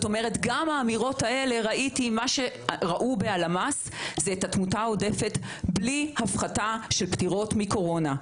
מה שהראו בהלמ"ס זה את התמותה העודפת בלי הפחתה של פטירות מקורונה.